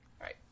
right